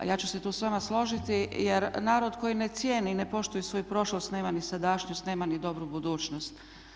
A ja ću se tu sa vama složiti, jer narod koji ne cijeni, ne poštuje svoju prošlost nema ni sadašnjost, nema ni dobru budućnost.